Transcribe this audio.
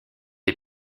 est